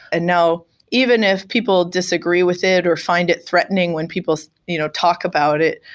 now even if people disagree with it, or find it threatening when people you know talk about it,